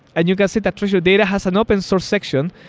and you can see that treasure data has an open-source section,